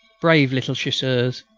brave little chasseurs!